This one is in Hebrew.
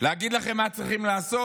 להגיד לכם מה צריכים לעשות?